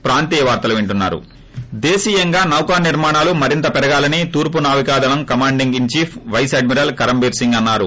break దేశీయంగా నౌకా నిర్మాణాలు మరింత పెరగాలని తూర్పు నావికాదళం commanding in chief vice admiral Karambir Singh అన్నారు